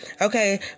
okay